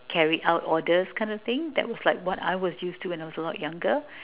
carry out orders kind of thing that was what I was used to when I was younger